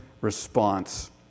response